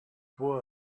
were